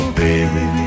baby